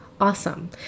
awesome